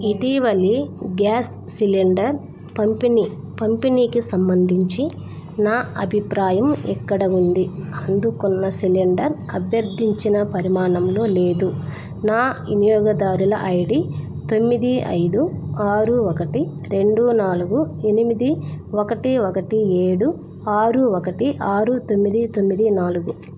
ఇటీవలి gas cylinder పంపిణీ పంపిణీకి సంబంధించి నా అభిప్రాయం ఇక్కడ ఉంది అందుకున్న సిలిండర్ అభ్యర్థించిన పరిమాణంలో లేదు నా వినియోగదారుల ఐడి తొమ్మిది ఐదు ఆరు ఒకటి రెండు నాలుగు ఎనిమిది ఒకటి ఒకటి ఏడు ఆరు ఒకటి ఆరు తొమ్మిది తొమ్మిది నాలుగు